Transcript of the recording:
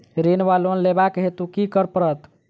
ऋण वा लोन लेबाक हेतु की करऽ पड़त?